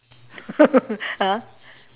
!huh!